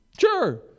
Sure